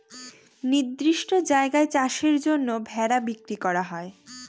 নির্দিষ্ট জায়গায় চাষের জন্য ভেড়া বিক্রি করা হয়